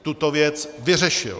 Tuto věc vyřešil.